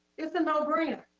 it's a no brainer.